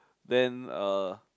then uh